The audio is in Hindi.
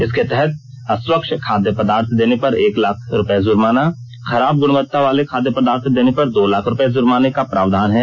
इसके तहत अस्वच्छ खादय पदार्थ देने पर एक लाख रूपये जुर्माना खराब गुणवत्ता वाले खादय पदार्थ देने पर दो लाख रूपये जुर्माने का प्रावधान है